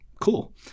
cool